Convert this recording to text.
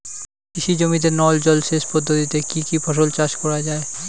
কৃষি জমিতে নল জলসেচ পদ্ধতিতে কী কী ফসল চাষ করা য়ায়?